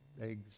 eggs